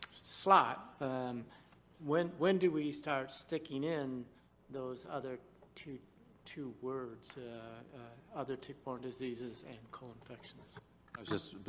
slot, and when when do we start sticking in those other two two words, other tick-borne diseases and co-infections? i was just.